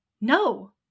No